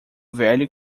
velho